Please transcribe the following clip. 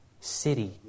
city